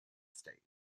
state